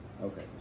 Okay